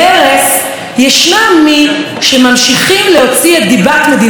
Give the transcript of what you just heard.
ישנם מי שממשיכים להוציא את דיבת מדינת ישראל רעה,